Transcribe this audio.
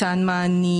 מתן מענים,